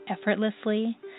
effortlessly